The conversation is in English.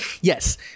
Yes